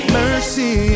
mercy